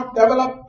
develop